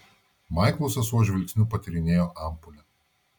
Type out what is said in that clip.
maiklo sesuo žvilgsniu patyrinėjo ampulę